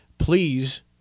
please